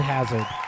Hazard